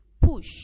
Push